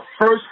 first